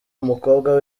umukobwa